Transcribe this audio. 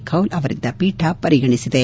ಖೌಲ್ ಅವರಿದ್ದ ಪೀಠ ಪರಿಗಣಿಸಿದೆ